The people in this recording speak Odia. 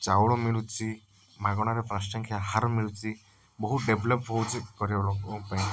ଚାଉଳ ମିଳୁଛି ମାଗଣାରେ ପାନ୍ସ ଟଙ୍କିଆ ଆହାର ମିଳୁଛି ବହୁତ ଡେଭଲପ୍ ହଉଛି ଗରିବଲୋକଙ୍କ ପାଇଁ